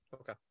Okay